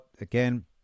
again